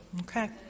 Okay